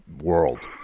world